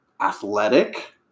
athletic